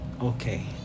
okay